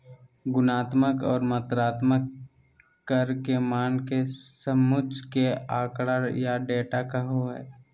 गुणात्मक और मात्रात्मक कर के मान के समुच्चय के आँकड़ा या डेटा कहो हइ